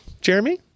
Jeremy